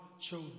chose